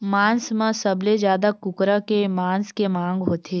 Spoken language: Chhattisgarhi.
मांस म सबले जादा कुकरा के मांस के मांग होथे